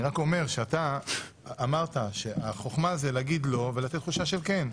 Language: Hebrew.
אני רק אומר שאתה אמרת שהחוכמה זה להגיד לא ולתת תחושה של כן.